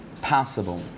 possible